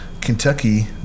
Kentucky